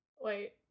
wait